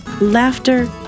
laughter